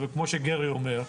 כמו שגרי אומר,